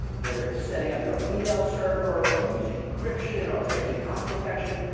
whether it's setting up your own email server or using encryption or breaking copy protection,